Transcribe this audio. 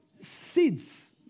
seeds